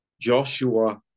Joshua